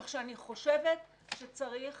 אני חושבת שצריך